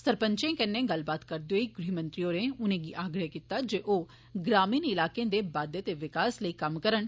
सरपंचें कन्नै गल्लबात करदे होई गृहमंत्री होरें उनेंगी आग्रह कीता जे ओ ग्रामीण इलाकें दे बाद्वे ते विकास लेई कम्म करन